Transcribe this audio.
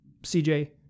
CJ